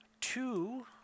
two